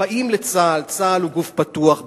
צה"ל הוא גוף פתוח,